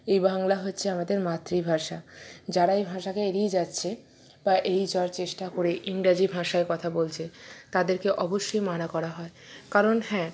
এই বাংলা হচ্ছে আমাদের মাতৃভাষা যারা এই ভাঁষাকে এড়িয়ে যাচ্ছে বা এড়িয়ে যাওয়ার চেষ্টা করে ইংরাজি ভাষায় কথা বলছে তাদেরকে অবশ্যই মানা করা হয় কারণ হ্যাঁ